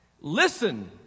Listen